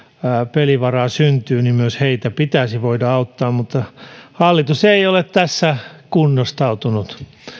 pelivaraa syntyy niin myös heitä pitäisi voida auttaa mutta hallitus ei ole tässä kunnostautunut